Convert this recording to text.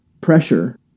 pressure